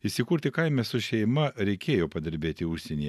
įsikurti kaime su šeima reikėjo padirbėti užsienyje